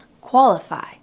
qualify